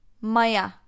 Maya